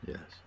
Yes